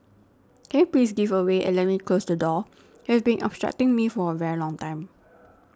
can you please give away and let me close the door you have been obstructing me for a very long time